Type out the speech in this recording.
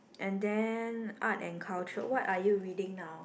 and then art and culture what are you reading now